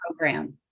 program